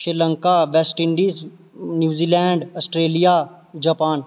Sri Lanka West Indies New Zealand Australia Japan